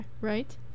right